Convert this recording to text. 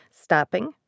stopping